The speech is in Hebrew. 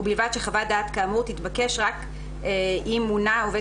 ובלבד שחוות דעת כאמור תתבקש רק אם מונה עובד